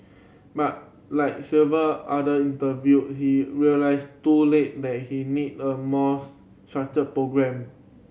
but like several other interviewed he realised too late that he needed a more structured programme